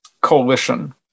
coalition